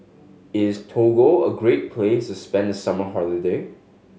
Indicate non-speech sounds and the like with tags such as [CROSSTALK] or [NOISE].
is Togo a great place [UNINTELLIGIBLE] spend summer holiday